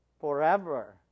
forever